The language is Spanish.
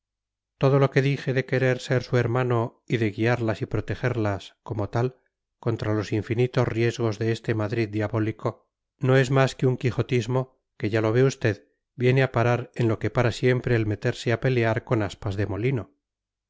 todo lo que dije de querer ser su hermano y de guiarlas y protegerlas como tal contra los infinitos riesgos de este madrid diabólico no es más que un quijotismo que ya lo ve usted viene a parar en lo que para siempre el meterse a pelear con aspas de molino